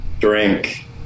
drink